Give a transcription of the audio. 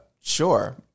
Sure